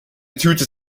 tüte